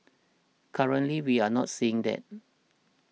currently we are not seeing that